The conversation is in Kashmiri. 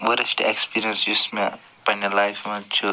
ؤرسٹ اٮ۪کٕسپیٖرینٕس یُس مےٚ پنٛنہِ لایفہِ منٛز چھُ